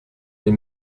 les